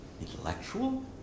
intellectual